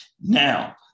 Now